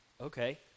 Okay